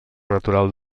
natural